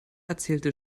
erzählte